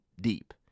deep